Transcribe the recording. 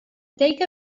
take